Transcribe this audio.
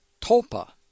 topa